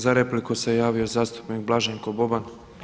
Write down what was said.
Za repliku se javio zastupnik Blaženko Boban.